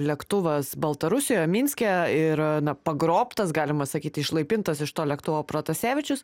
lėktuvas baltarusijoje minske ir pagrobtas galima sakyti išlaipintas iš to lėktuvo protasevičius